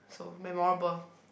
so memorable